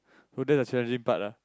the strategy part ah